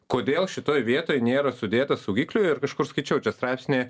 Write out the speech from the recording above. kodėl šitoj vietoj nėra sudėta saugiklių ir kažkur skaičiau čia straipsnį